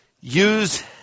Use